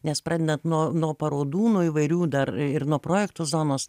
nes pradedant nuo nuo parodų nuo įvairių dar ir nuo projektų zonos